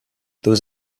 there